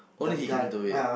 only he can do it